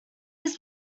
was